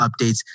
updates